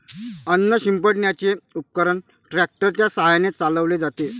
अन्न शिंपडण्याचे उपकरण ट्रॅक्टर च्या साहाय्याने चालवले जाते